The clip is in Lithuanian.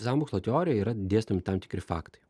sąmokslo teorijoj yra dėstomi tam tikri faktai